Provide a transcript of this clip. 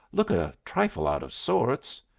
look a trifle out of sorts.